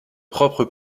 propre